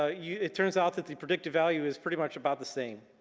ah yeah it turns out that the predicted value is pretty much about the same,